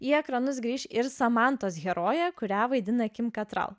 į ekranus grįš ir samantos herojė kurią vaidina